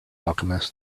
alchemist